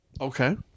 Okay